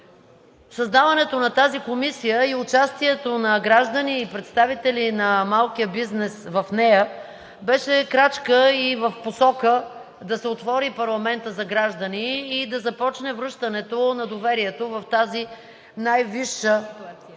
Създаването на тази комисия и участието на граждани и представители на малкия бизнес в нея беше крачка и в посока да се отвори парламента за граждани и да започне връщането на доверието в тази най-висша институция